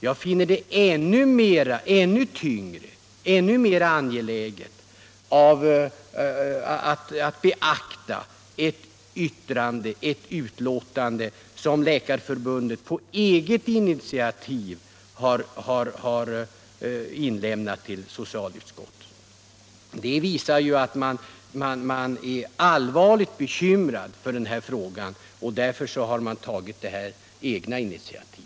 Jag anser att Läkarförbundet då blir en ännu tyngre remissinstans och att det är ännu mer angeläget att beakta dess yttrande. Det visar att man är allvarligt bekymrad för denna fråga, och därför har man tagit ett eget initiativ.